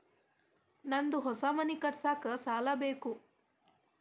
ನಂದು ಹೊಸ ಮನಿ ಕಟ್ಸಾಕ್ ಸಾಲ ಬೇಕು